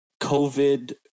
COVID